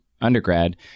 undergrad